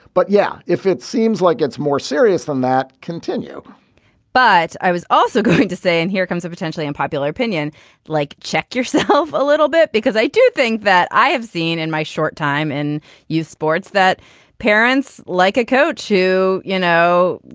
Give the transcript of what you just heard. but yeah if it seems like it's more serious than that continue but i was also going to say and here comes a potentially and popular opinion like check yourself a little bit because i do think that i have seen in my short time in youth sports that parents like a coach who you know